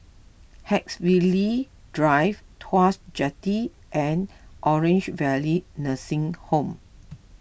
Haigsville Drive Tuas Jetty and Orange Valley Nursing Home